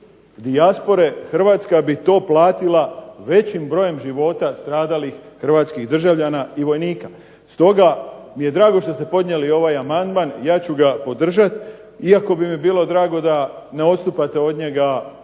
dijaspore Hrvatska bi to platila većim brojem života stradalih hrvatskih državljana i vojnika. Stoga mi je drago što ste podnijeli ovaj amandman. Ja ću ga podržati, iako bi mi bilo drago da ne odstupate od njega u